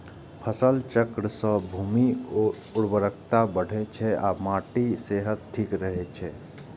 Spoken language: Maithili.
फसल चक्र सं भूमिक उर्वरता बढ़ै छै आ माटिक सेहत ठीक रहै छै